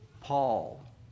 Paul